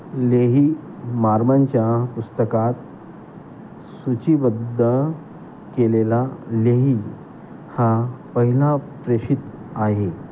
लेही मारमनच्या पुस्तकात सूचीबद्ध केलेला लेही हा पहिला प्रेषित आहे